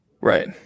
Right